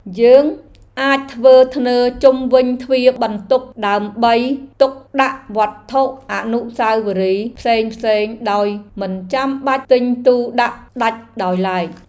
យើងអាចធ្វើធ្នើរជុំវិញទ្វារបន្ទប់ដើម្បីទុកដាក់វត្ថុអនុស្សាវរីយ៍ផ្សេងៗដោយមិនចាំបាច់ទិញទូដាក់ដាច់ដោយឡែក។